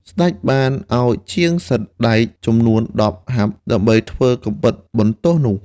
ស្ដេចបានឱ្យជាងសិតដែកចំនួនដប់ហាបដើម្បីធ្វើកាំបិតបន្ទោះនោះ។